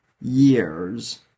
years